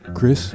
Chris